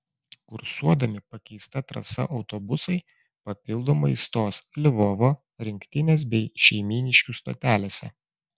kursuodami pakeista trasa autobusai papildomai stos lvovo rinktinės bei šeimyniškių stotelėse